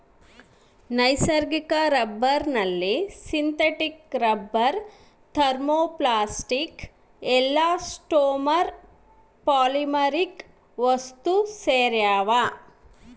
ನೈಸರ್ಗಿಕ ರಬ್ಬರ್ನಲ್ಲಿ synthetic rubber thermoplastic elastomer polymeric ವಸ್ತುಸೇರ್ಯಾವ